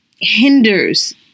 hinders